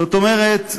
זאת אומרת,